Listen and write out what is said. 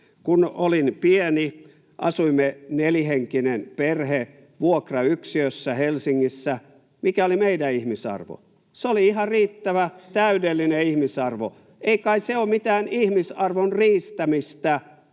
Kun olin pieni, asuimme, nelihenkinen perhe, vuokrayksiössä Helsingissä. Mikä oli meidän ihmisarvomme? [Kimmo Kiljusen välihuuto] Se oli ihan riittävä, täydellinen ihmisarvo. Ei kai se ole mitään ihmisarvon riistämistä,